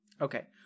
okay